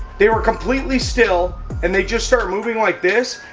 they were completely still and they just started moving like this,